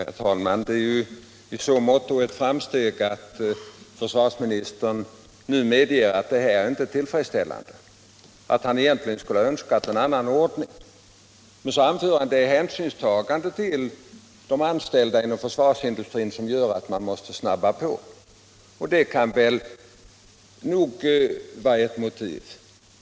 Herr talman! Det är i så måtto ett framsteg som att försvarsministern nu medger att den här ordningen inte är tillfredsställande och att han egentligen skulle ha önskat en annan ordning. Men så anför han som skäl att det är hänsynstagande till de anställda inom försvarsindustrin som gör att man måste snabba på. Det kan nog vara ett motiv.